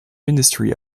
ministry